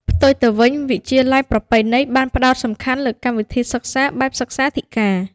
ផ្ទុយទៅវិញ វិទ្យាល័យប្រពៃណី បានផ្តោតសំខាន់លើកម្មវិធីសិក្សាបែបសិក្សាធិការ។